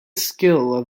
skill